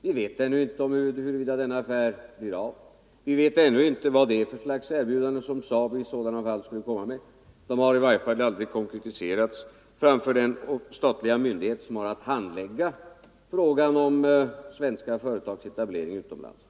Vi vet ännu inte huruvida denna affär blir av. Vi vet ännu inte vad det är för slags erbjudanden som SAAB i sådana fall skulle komma med. De har i varje fall aldrig konkretiserat det för den statliga myndighet som har att handlägga frågan om svenska företags etablering utomlands.